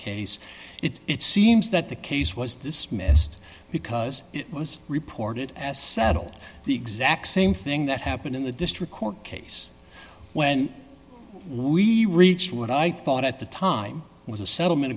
case it seems that the case was dismissed because it was reported as settled the exact same thing that happened in the district court case when we reached what i thought at the time was a settlement